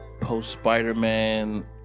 post-Spider-Man